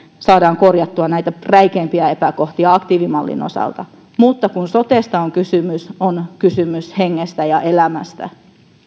saadaan korjattua näitä räikeimpiä epäkohtia aktiivimallin osalta mutta kun sotesta on kysymys on kysymys hengestä ja elämästä